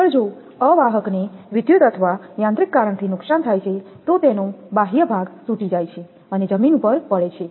આગળ જો અવાહક ને વિદ્યુત અથવા યાંત્રિક કારણથી નુકસાન થાય છે તો તેનો બાહ્ય ભાગ તૂટી જાય છે અને જમીન પર પડે છે